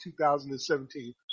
2017